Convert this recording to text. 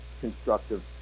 constructive